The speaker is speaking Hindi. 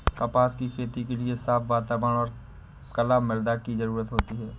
कपास की खेती के लिए साफ़ वातावरण और कला मृदा की जरुरत होती है